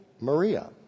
Maria